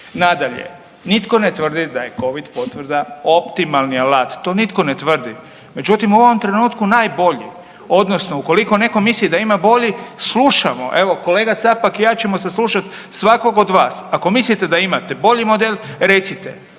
Nadalje, nitko ne tvrdi da je Covid potvrda optimalni alat, to nitko ne tvrdi, međutim u ovom trenutku najbolji. Odnosno ukoliko netko misli da ima bolji, slušamo, evo kolega Capak i ja ćemo saslušat svakog od vas. Ako mislite da imate bolji model recite.